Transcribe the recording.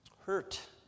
hurt